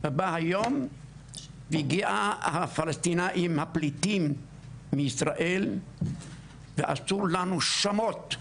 ובא היום והגיע הפלסטינאים הפליטים מישראל ועשו לנו שמות,